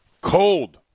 Cold